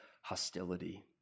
hostility